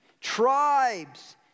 tribes